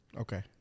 Okay